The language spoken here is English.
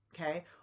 okay